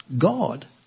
God